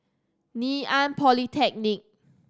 Ngee Ann Polytechnic